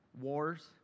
wars